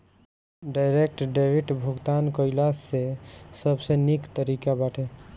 direct debit भुगतान कइला से सबसे निक तरीका बाटे